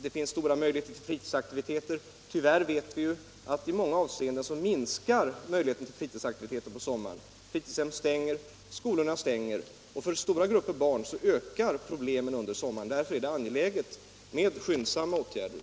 Det finns stora möjligheter till fritidsaktiviteter, men tyvärr vet vi att i många avseenden minskar möjligheterna till fritidsaktiviteter på sommaren. Fritidshem och skolor stänger. För stora grupper av barn ökar problemen under sommaren. Därför är det angeläget med skyndsamma åtgärder.